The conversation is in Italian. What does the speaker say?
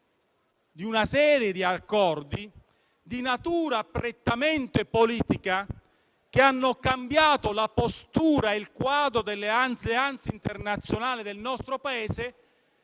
di una serie di accordi di natura prettamente politica, che hanno cambiato la postura e il quadro delle alleanze internazionali del nostro Paese